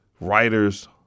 Writers